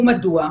ומדוע?